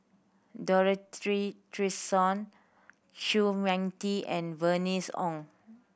Dorothy Tessensohn Chua Mia Tee and Bernice Ong